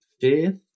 fifth